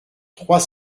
trois